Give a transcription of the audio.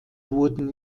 wurden